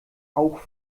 auch